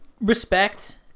respect